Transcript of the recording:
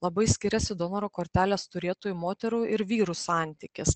labai skiriasi donoro kortelės turėtojų moterų ir vyrų santykis